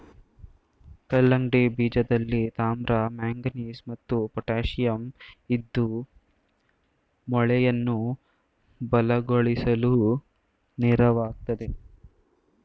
ಕಲ್ಲಂಗಡಿ ಬೀಜದಲ್ಲಿ ತಾಮ್ರ ಮ್ಯಾಂಗನೀಸ್ ಮತ್ತು ಪೊಟ್ಯಾಶಿಯಂ ಇದ್ದು ಮೂಳೆಯನ್ನ ಬಲಗೊಳಿಸ್ಲು ನೆರವಾಗ್ತದೆ